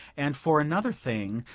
and for another thing,